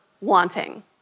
wanting